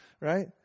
right